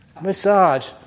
Massage